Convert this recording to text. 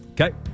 Okay